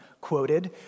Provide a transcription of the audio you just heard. quoted